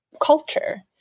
culture